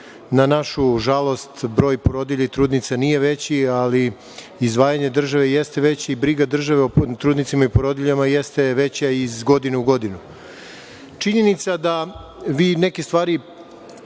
Na našu žalost, broj porodilja i trudnica nije veći, ali izdvajanje države jeste veće i briga države o trudnicama i porodiljama jeste veća iz godine u godinu. Činjenica je da vi neke stvari